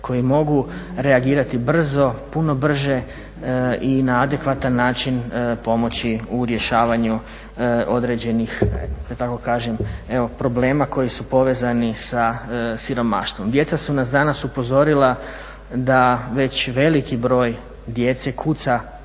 koje mogu reagirati brzo, puno brže i na adekvatan način pomoći u rješavanju određenih problema koji su povezani sa siromaštvom. Djeca su nas danas upozorila da već veliki broj djece kuca